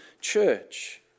church